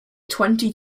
twenty